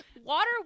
Water